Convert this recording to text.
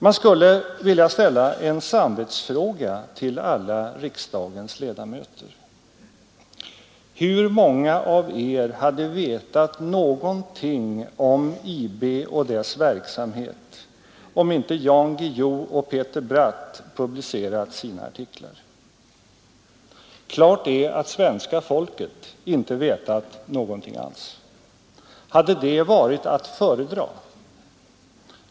Man skulle vilja ställa en samvetsfråga till alla riksdagens ledamöter: Hur många av er hade vetat någonting om IB och dess verksamhet om inte Jan Guillou och Peter Bratt publicerat sina artiklar? Klart är att svenska folket inte vetat någonting alls. Hade det varit att föredra?